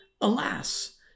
Alas